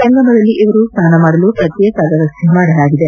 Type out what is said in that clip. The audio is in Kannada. ಸಂಗಮದಲ್ಲಿ ಇವರು ಸ್ನಾನ ಮಾಡಲು ಪ್ರತ್ತೇಕ ವ್ವವಸ್ಥೆ ಮಾಡಲಾಗಿದೆ